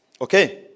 Okay